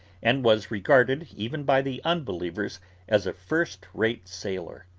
and was regarded even by the unbelievers as a first-rate sailor.